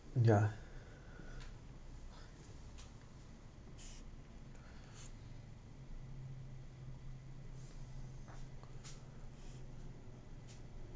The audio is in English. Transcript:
ya